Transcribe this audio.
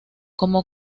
como